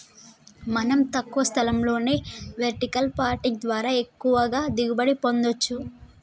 మనం తక్కువ స్థలంలోనే వెర్టికల్ పార్కింగ్ ద్వారా ఎక్కువగా దిగుబడి పొందచ్చు